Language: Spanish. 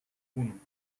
uno